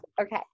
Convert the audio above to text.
okay